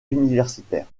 universitaire